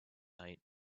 night